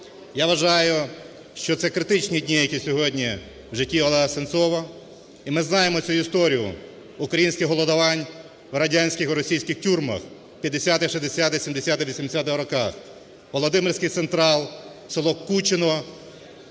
Я вважаю, що це критичні дні, які сьогодні в житті Олега Сенцова. І ми знаємо цю історію українських голодувань в радянських і російських тюрмах 50-х, 60-х, 70-х, 80-х роках. Володимирський централ, село Кучино